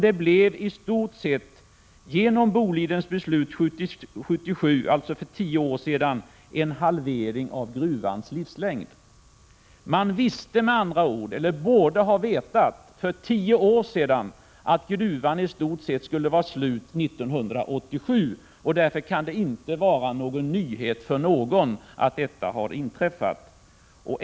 Det blev i stort sett, genom Bolidens beslut för tio år sedan, en halvering av gruvans livslängd. Man visste med andra ord, eller borde ha vetat, för tio år sedan att gruvan i stort sett skulle vara slut 1987, och därför kan det inte vara en nyhet för någon att detta har inträffat.